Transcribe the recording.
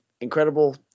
incredible